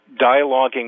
dialoguing